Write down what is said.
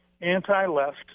anti-left